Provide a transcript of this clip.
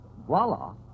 Voila